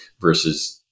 versus